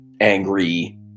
angry